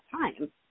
time